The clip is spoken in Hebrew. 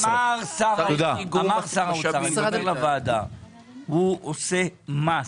אמר - הוא עושה מס.